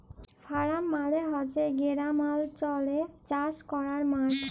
farm মালে হছে গেরামালচলে চাষ ক্যরার মাঠ